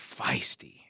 feisty